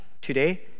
today